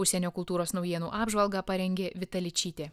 užsienio kultūros naujienų apžvalgą parengė vita ličytė